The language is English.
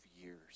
years